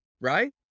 Right